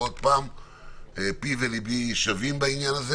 פי וליבי שווים בעניין.